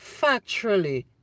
factually